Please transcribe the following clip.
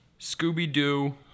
Scooby-Doo